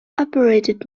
operated